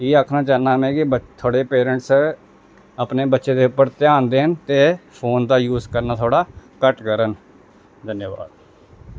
इ'यै आक्खना चाह्न्नां में कि ब थोह्ड़े पेरैंटस अपने बच्चे दे उप्पर ध्यान देन ते फोन दा यूस करना थोह्ड़ा घट्ट करन धन्यवाद